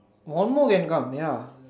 one more can come ya